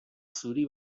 zuri